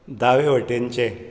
दावे वटेनचें